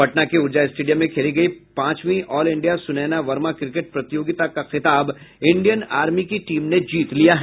पटना के ऊर्जा स्टेडियम में खेली गयी पांचवीं all India Sunaina Varma cricket प्रतियोगिता का खिताब इंडियन आर्मी की टीम ने जीत लिया है